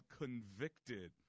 Convicted